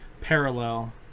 parallel